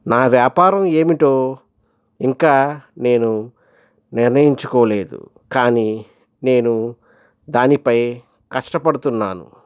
నా వ్యాపారం ఏమిటో ఇంకా నేను నిర్ణయించుకోలేదు కానీ నేను దానిపై కష్టపడుతున్నాను